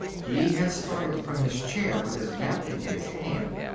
he had started from his chair with his napkin in his hand.